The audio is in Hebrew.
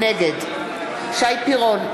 נגד שי פירון,